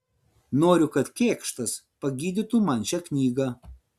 noriu kad kėkštas pagydytų man šią knygą